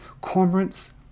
Cormorants